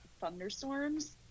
thunderstorms